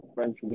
French